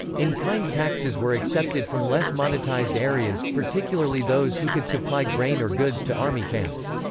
in-kind taxes were accepted from less-monetized areas, particularly those who could supply grain or goods to army camps.